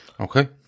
Okay